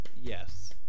Yes